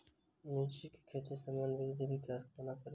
मिर्चा खेती केँ सामान्य वृद्धि विकास कोना करि?